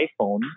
iPhone